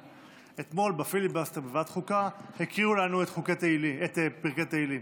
אתמול בפיליבסטר בוועדת החוקה הקריאו לנו את פרקי תהילים.